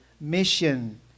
Mission